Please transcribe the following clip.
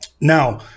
now